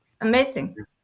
Amazing